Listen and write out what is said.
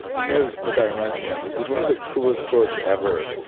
you know what that reminds me of is one of the coolest quotes ever,